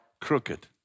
crooked